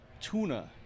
tuna